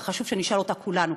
וחשוב שנשאל אותה כולנו,